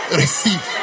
receive